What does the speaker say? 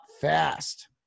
fast